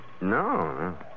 No